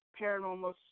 paranormal